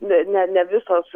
ne ne ne visos